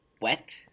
wet